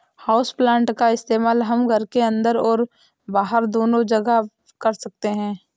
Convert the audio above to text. houseplant का इस्तेमाल हम घर के अंदर और बाहर दोनों जगह कर सकते हैं